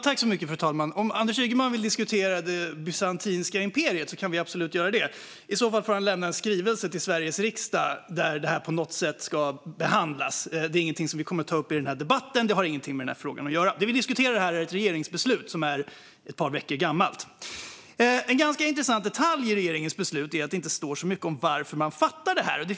Fru talman! Om Anders Ygeman vill diskutera det bysantinska imperiet kan vi absolut göra det. I så fall får han lämna en skrivelse till Sveriges riksdag där detta på något sätt ska behandlas. Det är ingenting som vi kommer att ta upp i den här debatten, för det har ingenting med den här frågan att göra. Det vi diskuterar här är ett regeringsbeslut som är ett par veckor gammalt. En ganska intressant detalj i regeringens beslut är att det inte står så mycket om varför man fattar det här beslutet.